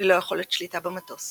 ללא יכולת שליטה במטוס.